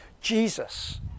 Jesus